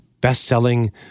Best-selling